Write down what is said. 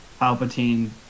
Palpatine